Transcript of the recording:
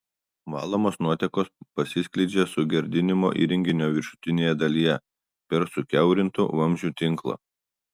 valomos nuotekos pasiskleidžia sugerdinimo įrenginio viršutinėje dalyje per sukiaurintų vamzdžių tinklą